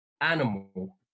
animal